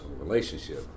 relationship